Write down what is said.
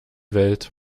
welt